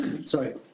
sorry